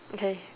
okay